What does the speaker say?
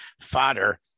fodder